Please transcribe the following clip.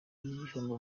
n’igihombo